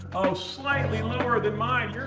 oh, slightly lower than mine.